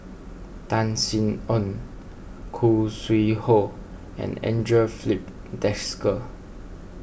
Tan Sin Aun Khoo Sui Hoe and andre Filipe Desker